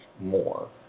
more